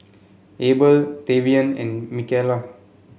Abel Tavian and Micayla